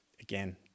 again